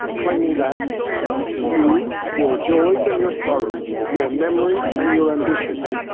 claiming that you, your joys and your sorrows, your memories and your ambitions,